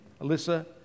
Alyssa